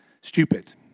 stupid